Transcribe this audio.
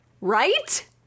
Right